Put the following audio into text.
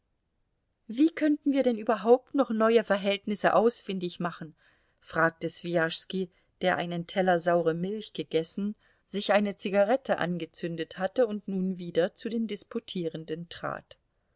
wie könnten wir denn überhaupt noch neue verhältnisse ausfindig machen fragte swijaschski der einen teller saure milch gegessen sich eine zigarette angezündet hatte und nun wieder zu den disputierenden trat